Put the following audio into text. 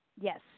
Yes